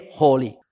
holy